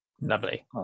Lovely